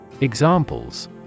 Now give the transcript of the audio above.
Examples